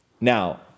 now